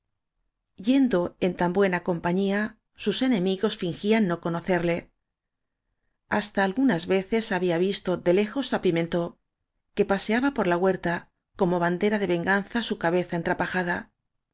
yendo en tan buena compañía sus enemigos fingían no conocerle hasta algunas o veces había visto de lejos á pimentb que paseaba por la huerta como bandera de venganza su cabeza en trapajada